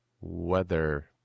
weather